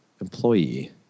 employee